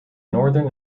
northern